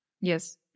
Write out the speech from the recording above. Yes